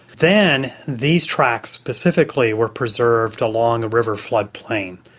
then these tracks specifically were preserved along a river floodplain.